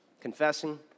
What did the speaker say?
confessing